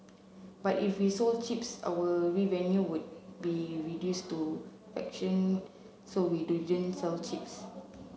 but if we sold chips our revenue would be reduce to fraction so we sell chips